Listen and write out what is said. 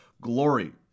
glory